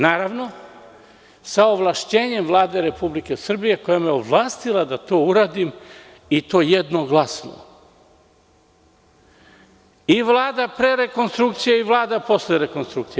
Naravno, sa ovlašćenjem Vlade Republike Srbije, koja me je ovlastila da to uradim, i to jednoglasno, i Vlada pre rekonstrukcije i Vlada posle rekonstrukcije.